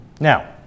Now